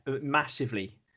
massively